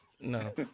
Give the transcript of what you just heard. No